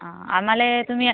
आ आम्हाला तुम्ही